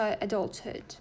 adulthood